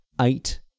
eight